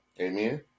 Amen